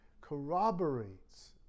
corroborates